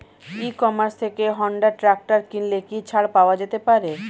ই commerce থেকে Honda tractor কিনলে কি ছাড় পাওয়া যেতে পারে?